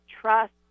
trust